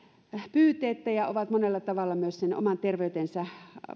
pyyteettä ja ovat monella tavalla myös sen oman terveytensä